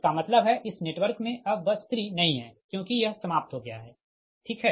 इसका मतलब है इस नेटवर्क मे अब बस 3 नहीं है क्योंकि यह समाप्त हो गया है ठीक है